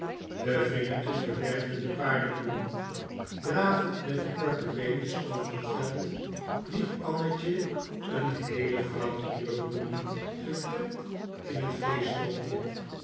de vingertjes bewerkten de paardebloemen dravend met de korte beentjes over t veld liep annetje n heele vracht nieuwe bloemen geklemd in het